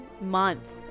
month